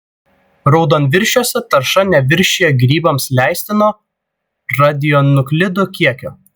raudonviršiuose tarša neviršija grybams leistino radionuklidų kiekio